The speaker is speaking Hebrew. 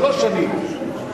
שלוש שנים,